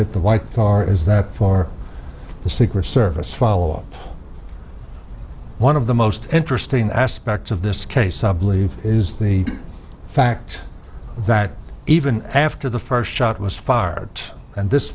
it the white car is that for the secret service followup one of the most interesting aspects of this case a believe is the fact that even after the first shot was fired and this